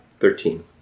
Thirteen